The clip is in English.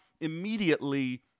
immediately